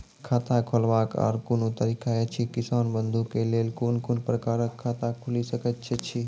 खाता खोलवाक आर कूनू तरीका ऐछि, किसान बंधु के लेल कून कून प्रकारक खाता खूलि सकैत ऐछि?